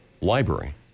library